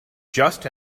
just